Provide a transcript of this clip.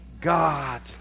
God